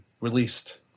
released